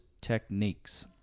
techniques